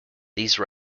these